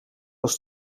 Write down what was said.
als